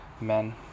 men